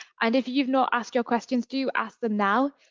and if you've not asked your questions, do you ask them now.